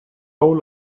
soul